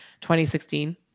2016